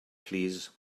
plîs